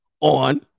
on